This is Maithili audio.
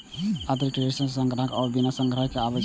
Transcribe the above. यांत्रिक ट्री शेकर संग्राहक आ बिना संग्राहक के आबै छै